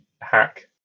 hack